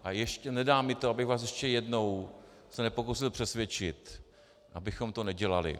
A nedá mi to, abych vás ještě jednou se nepokusil přesvědčit, abychom to nedělali.